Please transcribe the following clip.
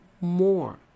more